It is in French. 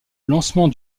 lancement